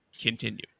Continue